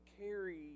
carry